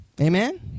Amen